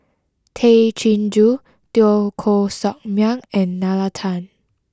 Tay Chin Joo Teo Koh Sock Miang and Nalla Tan